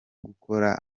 gukora